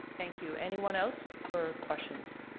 thank you anyone else for questions.